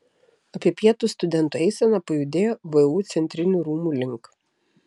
apie pietus studentų eisena pajudėjo vu centrinių rūmų link